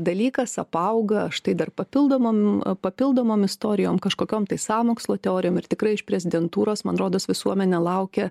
dalykas apauga štai dar papildomam papildomom istorijom kažkokiom tai sąmokslo teorijom ir tikrai iš prezidentūros man rodos visuomenė laukia